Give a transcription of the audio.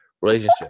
relationship